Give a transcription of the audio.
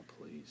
please